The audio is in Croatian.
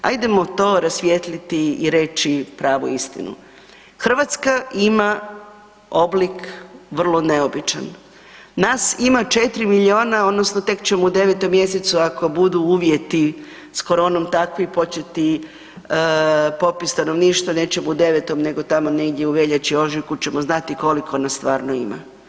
Ajdemo to rasvijetliti i reći pravu istinu, Hrvatska ima oblik vrlo neobičan, nas ima 4 milijuna odnosno tek ćemo u 9. mjesecu ako budu uvjeti s koronom takvi početi popis stanovništva, nećemo u 9. nego tamo negdje u veljači, ožujku ćemo znati koliko nas stvarno ima.